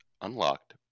unlocked